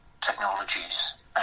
Technologies